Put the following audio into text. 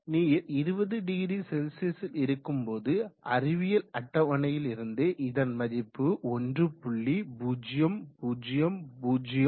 நீர் 200Cல் இருக்கும் போது அறிவியல் அட்டவணையில் இருந்து இதன் மதிப்பு 1